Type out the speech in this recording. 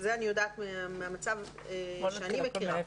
את זה אני יודעת מהמצב שאני מכירה,